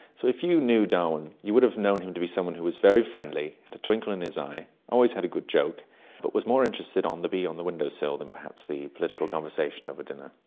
so if you knew darwin you would have known him to be someone who was very friendly, a twinkle in his eye, always had a good joke but was more interested in the bee on the windowsill than perhaps the political conversation over dinner.